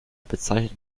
bezeichnet